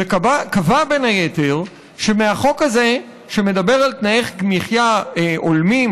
וקבע בין היתר שמהחוק הזה שמדבר על תנאי מחיה הולמים,